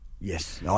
Yes